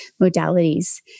modalities